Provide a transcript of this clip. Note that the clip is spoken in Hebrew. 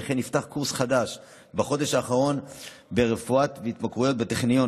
וכן נפתח קורס חדש בחודש האחרון ברפואת התמכרויות בטכניון,